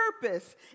purpose